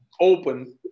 open